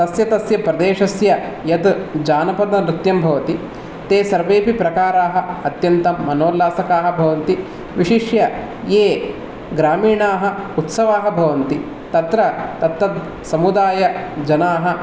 तस्य तस्य प्रदेशस्य यत् जानपदनृत्यं भवति ते सर्वेऽपि प्रकाराः अत्यन्तमनोल्लासकाः भवन्ति विशिष्य ये ग्रामीणाः उत्सवाः भवन्ति तत्र तत्तद् समुदायजनाः